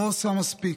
לא עושה מספיק.